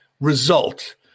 result